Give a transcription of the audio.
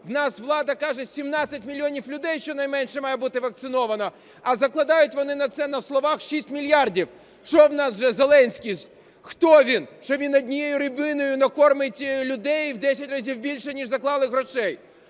У нас влада каже, 17 мільйонів людей щонайменше має бути вакциновано, а закладають вони на це на словах 6 мільярдів. Що у нас вже Зеленський, хто він? Що, він однією рибиною накормить людей в десять разів більше, ніж заклали грошей?